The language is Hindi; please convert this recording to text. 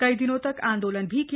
कई दिनों तक आंदोलन भी किया